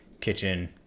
kitchen